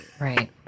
Right